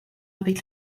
avec